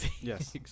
Yes